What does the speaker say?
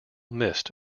missed